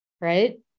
right